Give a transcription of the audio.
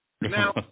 now